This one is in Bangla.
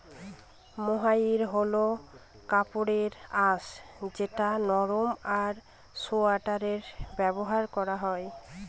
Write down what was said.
মহাইর হল কাপড়ের আঁশ যেটা নরম আর সোয়াটারে ব্যবহার করা হয়